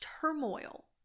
turmoil